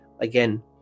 again